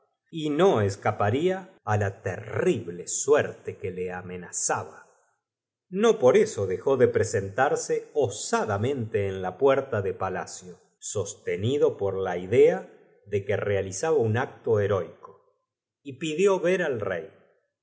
y no escaparfa a la terrib le suert e que le amenazaba no por eso dejó de presentarse osada mente en la puert a de palacio sostenido por la idea de que realizaba un acto heroico y pidió ver al rey